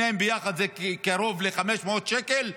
שניהם יחד זה קרוב ל-500 שקל.